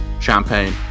champagne